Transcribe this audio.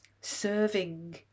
serving